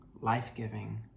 life-giving